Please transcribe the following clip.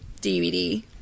DVD